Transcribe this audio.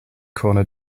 corner